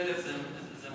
50,000 זה מספיק?